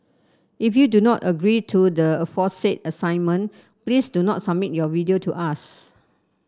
if you do not agree to the aforesaid assignment please do not submit your video to us